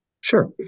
Sure